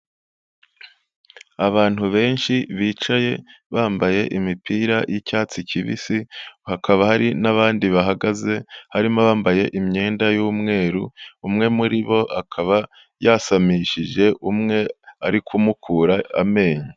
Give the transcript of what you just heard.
Abantu benshi bicaye bambaye imipira y'icyatsi kibisi, hakaba hari n'abandi bahagaze harimo abambaye imyenda y'umweru, umwe muri bo akaba yasamishije umwe ari kumukura amenyo.